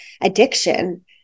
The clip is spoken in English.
addiction